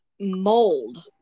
mold